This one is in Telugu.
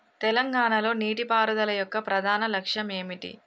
తెలంగాణ లో నీటిపారుదల యొక్క ప్రధాన లక్ష్యం ఏమిటి?